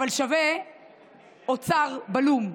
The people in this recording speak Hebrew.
אבל שווה אוצר בלום.